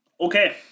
Okay